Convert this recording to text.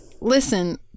listen